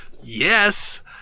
Yes